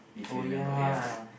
oh ya